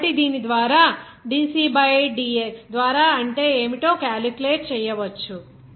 కాబట్టి దీని ద్వారా dC బై dx ద్వారా అంటే ఏమిటో క్యాలిక్యులేట్ చేయవచ్చు